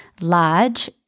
large